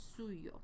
suyo